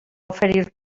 oferir